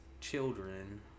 children